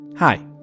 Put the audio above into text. Hi